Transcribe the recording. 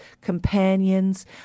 companions